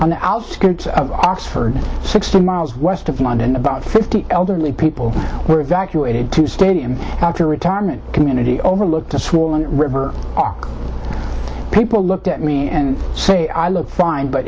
on the outskirts of oxford sixty miles west of london about fifty elderly people were evacuated to stadium after retirement community overlooked a small and river walk people looked at me and say i look fine but